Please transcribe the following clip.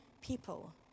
people